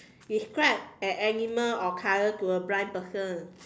describe an animal or a colour to a blind person